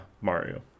Mario